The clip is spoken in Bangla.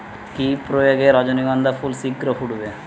কি প্রয়োগে রজনীগন্ধা ফুল শিঘ্র ফুটবে?